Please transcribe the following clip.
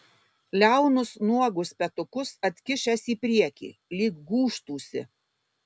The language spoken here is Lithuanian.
liaunus nuogus petukus atkišęs į priekį lyg gūžtųsi